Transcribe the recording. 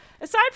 aside